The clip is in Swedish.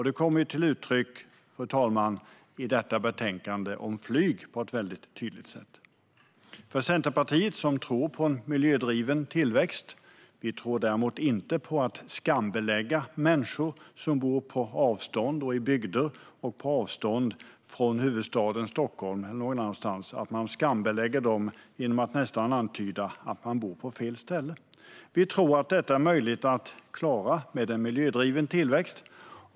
Det kommer till uttryck på ett väldigt tydligt sätt i detta betänkande om flyg. Centerpartiet tror på en miljödriven tillväxt. Vi tror däremot inte på att skambelägga människor som bor på avstånd och i bygder, på avstånd från huvudstaden Stockholm eller någon annanstans. Man skambelägger dem genom att nästan antyda att de bor på fel ställe. Vi tror att detta är möjligt att klara med en miljödriven tillväxt.